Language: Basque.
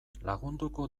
lagunduko